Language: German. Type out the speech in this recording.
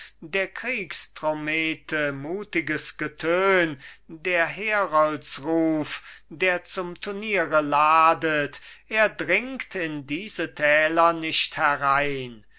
der kriegstrommete mutiges getön der heroldsruf der zum turniere ladet er dringt in diese täler nicht herein